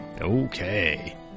Okay